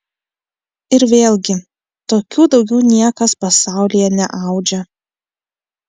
ir vėlgi tokių daugiau niekas pasaulyje neaudžia